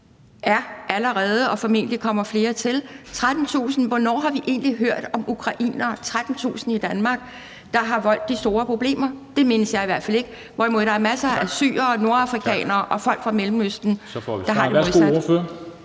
der kommer formentlig flere til. Hvornår har vi egentlig hørt om ukrainere – der er 13.000 i Danmark – der har voldt store problemer? Det mindes jeg i hvert fald ikke, hvorimod der er masser af syrere og nordafrikanere og folk fra Mellemøsten, der har det modsat.